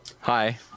Hi